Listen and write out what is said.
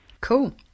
Cool